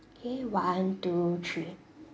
okay one two three